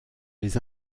les